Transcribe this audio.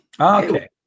Okay